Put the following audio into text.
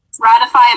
Ratify